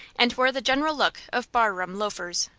and wore the general look of barroom loafers.